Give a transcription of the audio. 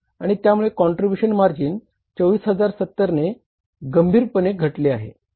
आणि त्यामुळे contribution margin 24070 ने गंभीरपणे घटले आहे